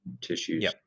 tissues